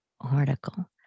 article